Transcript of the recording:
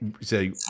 say